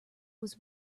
was